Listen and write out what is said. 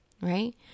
right